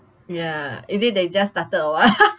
ya is it they just started or what